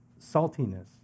saltiness